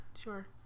sure